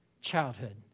childhood